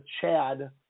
chad